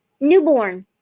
newborn